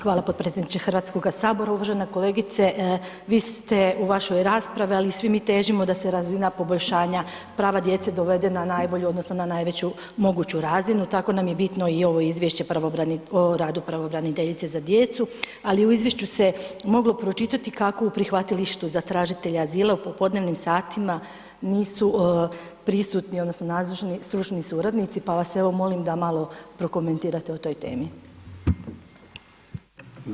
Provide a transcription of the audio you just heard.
Hvala potpredsjedniče HS. kolegice, vi ste u vašoj raspravi, ali i svi mi težimo da se razina poboljšanja prava djece dovede na najbolju odnosno na najveću moguću razinu, tako nam je bitno i ovo izvješće o radu pravobraniteljice za djecu, ali u izvješću se moglo pročitati kako u prihvatilištu za tražitelje azila u popodnevnim satima nisu prisutni odnosno nazočni stručni suradnici, pa vas evo molim da malo prokomentirate o toj temi.